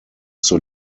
zur